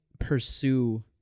pursue